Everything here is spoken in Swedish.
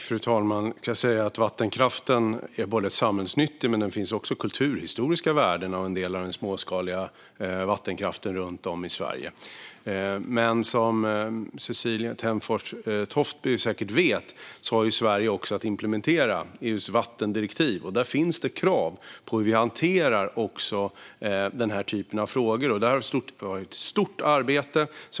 Fru talman! Vattenkraften är samhällsnyttig, men det finns också kulturhistoriska värden hos en del av den småskaliga vattenkraften runt om i Sverige. Som Cecilie Tenfjord Toftby säkert vet har Sverige att implementera EU:s vattendirektiv. Där finns krav på hur vi ska hantera denna typ av frågor, och det har varit ett stort arbete.